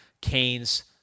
Canes